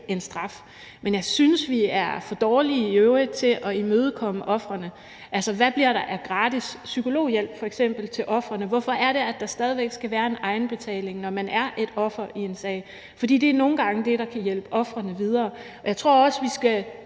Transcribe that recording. en straf, men jeg synes, at vi er for dårlige i øvrigt til at imødekomme ofrene. Altså, hvad bliver der f.eks. af gratis psykologhjælp til ofrene? Hvorfor er det, at der stadig væk skal være en egenbetaling, når man er et offer i en sag? For det er nogle gange det, der kan hjælpe ofrene videre. Jeg tror, at vi også